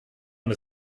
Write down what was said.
und